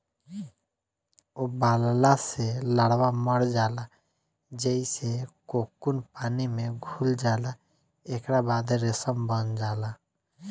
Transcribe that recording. उबालला से लार्वा मर जाला जेइसे कोकून पानी में घुल जाला एकरा बाद रेशम बन जाला